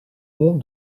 mont